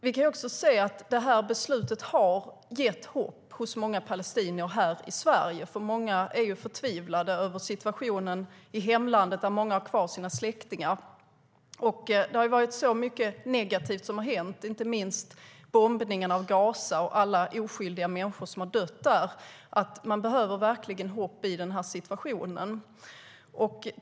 Vi kan också se att beslutet har gett många palestinier här i Sverige hopp. Många är förtvivlade över situationen i hemlandet, där de har kvar sina släktningar. Det har varit så mycket negativt som har hänt, inte minst bombningarna av Gaza och alla oskyldiga människor som har dött där, att man verkligen behöver hopp i den situationen.